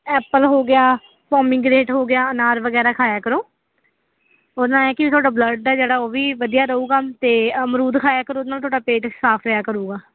Apple ਹੋ ਗਿਆ pomegranate ਹੋ ਗਿਆ ਅਨਾਰ ਵਗੈਰਾ ਖਾਇਆ ਕਰੋ ਉਹਦੇ ਨਾਲ ਐਂ ਕਿ ਤੁਹਾਡਾ ਬਲੱਡ ਦਾ ਜਿਹੜਾ ਉਹ ਵੀ ਵਧੀਆ ਰਹੂਗਾ ਅਤੇ ਅਮਰੂਦ ਖਾਇਆ ਕਰੋ ਉਹਦੇ ਨਾਲ ਤੁਹਾਡਾ ਪੇਟ ਸਾਫ਼ ਰਿਹਾ ਕਰੂਗਾ